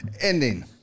Ending